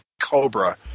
Cobra